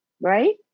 Right